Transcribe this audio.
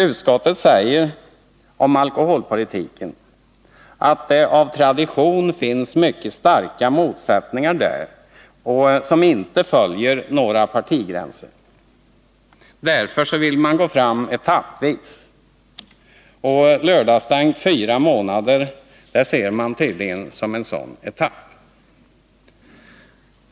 Utskottet säger att det i fråga om alkoholpolitiken av tradition finns mycket starka motsättningar, som inte följer några partigränser. Därför vill man gå fram etappvis. Lördagsstängt fyra månader ser man tydligen som en sådan etapp.